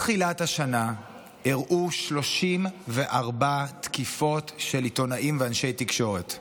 מתחילת השנה אירעו 34 תקיפות של עיתונאים ואנשי תקשורת.